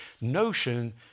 notion